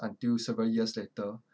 until several years later